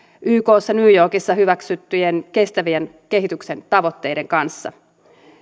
ykssa new yorkissa hyväksyttyjen kestävän kehityksen tavoitteiden kanssa